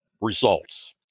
results